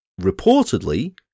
reportedly